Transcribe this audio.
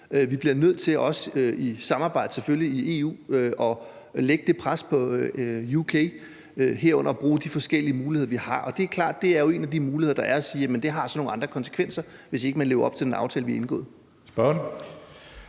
også nødt til i et samarbejde i EU at lægge det pres på UK og herunder bruge de forskellige muligheder, vi har, og det er jo klart, at en af de muligheder er at sige, at det så har nogle andre konsekvenser, hvis ikke man lever op til den aftale, vi har indgået.